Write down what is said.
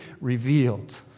revealed